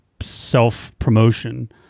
self-promotion